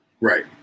Right